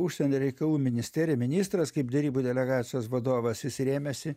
užsienio reikalų ministerijoj ministras kaip derybų delegacijos vadovas jis rėmėsi